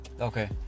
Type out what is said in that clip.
Okay